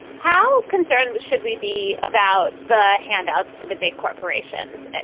how concerned should we be about the handouts to the big corporations?